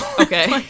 okay